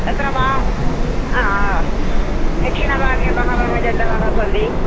तत्र वा दक्षिणभागे बहवः जन्तवः सन्ति